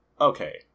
okay